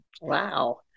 Wow